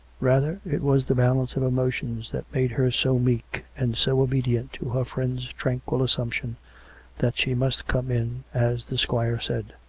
rather it was the balance of emotions that made her so meek and so obedient to her friend's tranquil assumption that she must come in as the squire said.